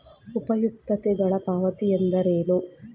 ಉಪಯುಕ್ತತೆಗಳ ಪಾವತಿ ಎಂದರೇನು?